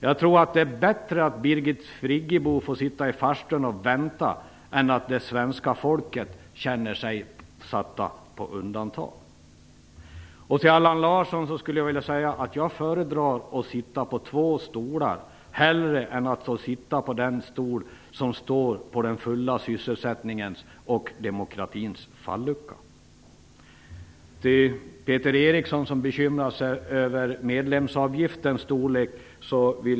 Jag tror att det är bättre att Birgit Friggebo får sitta i farstun och vänta än att svenska folket känner sig satt på undantag. Och, Allan Larsson, jag föredrar att sitta på två stolar. Det gör jag hellre än jag sitter på den stol som står på den fulla sysselsättningens och på demokratins fallucka. Peter Eriksson bekymrade sig över medlemsavgiftens storlek.